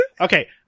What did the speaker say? Okay